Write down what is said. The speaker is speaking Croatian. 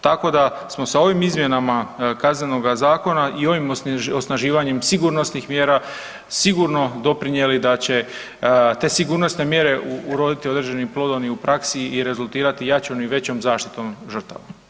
Tako da smo sa ovim izmjenama KZ-a i ovim osnaživanjem sigurnosnih mjera sigurno doprinijeli da će se te sigurnosne mjere uroditi određenim plodom i u praksi i rezultirati jačom i većom zaštitom žrtava.